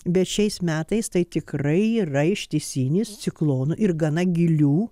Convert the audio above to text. bet šiais metais tai tikrai yra ištisinis ciklonų ir gana gilių